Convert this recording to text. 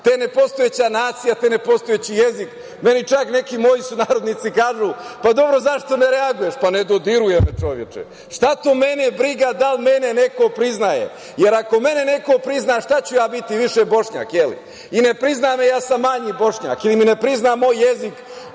te nepostojeća nacija, te nepostojeći jezik. Meni čak neki moji sunarodnici kažu - pa, dobro, zašto ne reaguješ? Ne dodiruje me, čoveče. Šta to mene briga da li mene neko priznaje? Jer, ako mene neko prizna, šta ću ja biti, više Bošnjak, je li? Ili, ako me ne prizna ili ne prizna moj jezik,